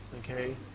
okay